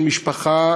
של משפחה,